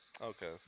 okay